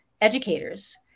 educators